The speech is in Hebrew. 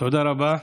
תודה רבה.